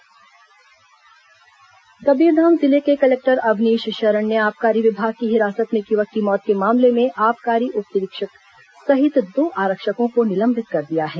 हिरासत मौत निलंबित कबीरधाम जिले के कलेक्टर अवनीश शरण ने आबकारी विभाग की हिरासत में एक युवक की मौत के मामले में आबकारी उपनिरीक्षक सहित दो आरक्षकों को निलंबित कर दिया है